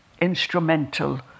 instrumental